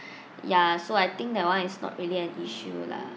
ya so I think that [one] is not really an issue lah